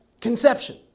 conception